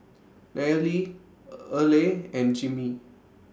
Nayeli Earle and Jimmy